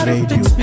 Radio